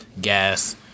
gas